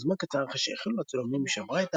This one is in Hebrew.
אולם זמן קצר אחרי שהחלו הצילומים היא שברה